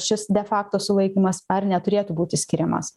šis de fakto sulaikymas ar neturėtų būti skiriamas